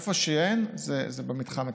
איפה שאין זה במתחם עצמו.